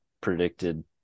predicted